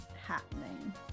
happening